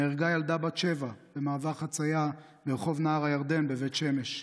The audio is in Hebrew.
נהרגה ילדה בת שבע במעבר חציה ברחוב נהר הירדן בבית שמש.